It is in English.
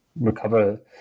recover